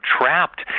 trapped